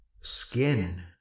skin